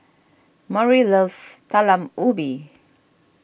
Murry loves Talam Ubi